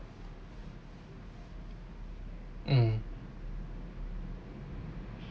mm